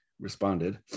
responded